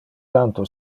tanto